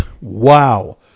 Wow